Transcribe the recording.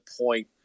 point